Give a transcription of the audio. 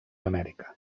amèrica